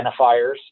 identifiers